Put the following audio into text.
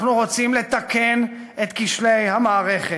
אנחנו רוצים לתקן את כשלי המערכת.